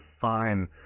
fine